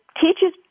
teaches